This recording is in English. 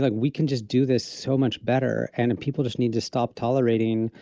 like we can just do this so much better. and and people just need to stop tolerating